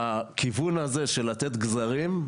הכיוון הזה של לתת גזרים,